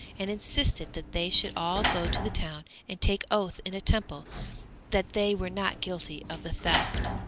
and insisted that they should all go to the town and take oath in a temple that they were not guilty of the theft.